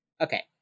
Okay